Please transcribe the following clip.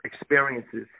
experiences